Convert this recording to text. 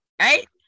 Right